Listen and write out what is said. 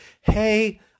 hey